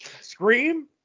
Scream